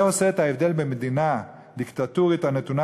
זה עושה את ההבדל בין מדינה דיקטטורית הנתונה